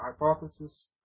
Hypothesis